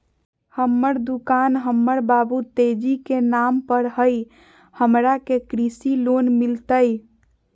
हमर दुकान हमर बाबु तेजी के नाम पर हई, हमरा के कृषि लोन मिलतई?